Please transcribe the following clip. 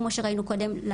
כמו שראינו קודם,